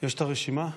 יש רשימה?